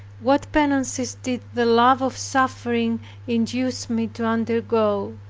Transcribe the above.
what penances did the love of suffering induce me to undergo!